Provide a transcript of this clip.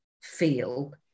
feel